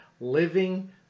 living